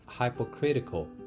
hypocritical